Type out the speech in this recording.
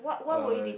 uh